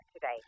today